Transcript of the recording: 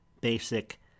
basic